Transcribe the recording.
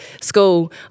school